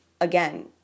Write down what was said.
again